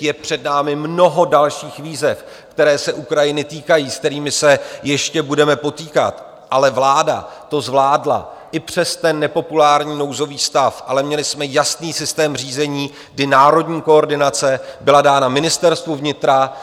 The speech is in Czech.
Je před námi mnoho dalších výzev, které se Ukrajiny týkají a s kterými se ještě budeme potýkat, ale vláda to zvládla i přes ten nepopulární nouzový stav, ale měli jsme jasný systém řízení i národní koordinace byla dána Ministerstvu vnitra.